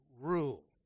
rule